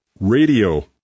radio